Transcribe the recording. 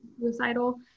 suicidal